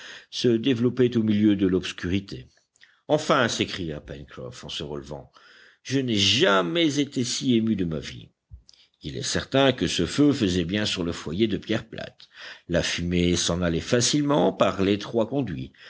se développait au milieu de l'obscurité enfin s'écria pencroff en se relevant je n'ai jamais été si ému de ma vie il est certain que ce feu faisait bien sur le foyer de pierres plates la fumée s'en allait facilement par l'étroit conduit